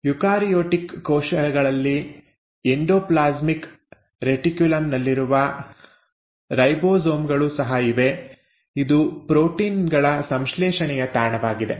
eukaryotic ಕೋಶಗಳಲ್ಲಿ endoplasmic reticulum ನಲ್ಲಿರುವ ribosome ಗಳು ಸಹ ಇವೆ ಇದು ಪ್ರೋಟೀನ್ ಗಳ ಸಂಶ್ಲೇಷಣೆಯ ತಾಣವಾಗಿದೆ